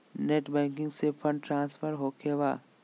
Net banking से fund transfer होखें बा?